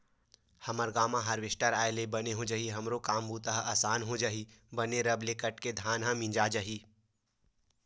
हमर गांव म हारवेस्टर आय ले बने हो जाही हमरो काम बूता ह असान हो जही बने रब ले धान ह कट के मिंजा जाही